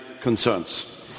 concerns